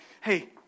hey